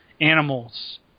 animals